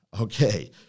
Okay